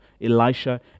elisha